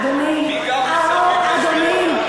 אדוני,